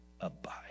abide